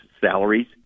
salaries